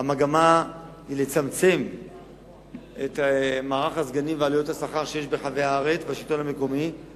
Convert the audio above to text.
המגמה היא לצמצם את מערך הסגנים ועלויות השכר בשלטון המקומי ברחבי הארץ.